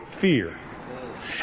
fear